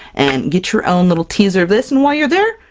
and get your own little teaser of this, and while you're there,